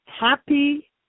happy